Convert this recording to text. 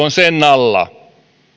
alla